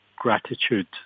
gratitude